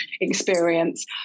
experience